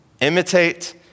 Imitate